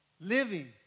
living